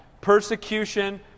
Persecution